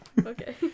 Okay